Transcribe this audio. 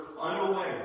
unaware